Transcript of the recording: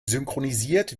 synchronisiert